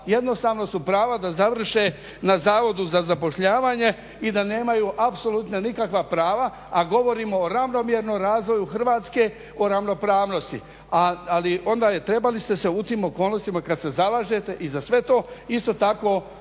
Jednostavno su prava da završe na Zavodu za zapošljavanje i da nemaju apsolutno nikakva prava, a govorimo o ravnomjernom razvoju Hrvatske o ravnopravnosti, ali onda ste trebali u tim okolnostima kada se zalažete i za sve to isto tako dići